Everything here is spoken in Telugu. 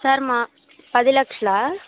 సార్ మా పది లక్షల